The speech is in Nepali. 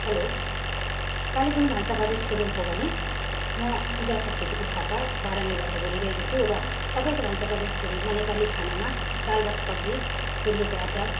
हेलो कालेबुङ भान्साघर रेस्टुरेन्ट हो भने म सुजाता छेत्री थापा बाह्र माइलबाट बोली रहेको छु र तपाईँको भान्साघर रेस्टुरेन्टमा नेपाली खानामा दाल भात सब्जी गुन्द्रकको अचार